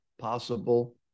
possible